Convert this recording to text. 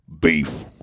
Beef